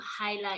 highlight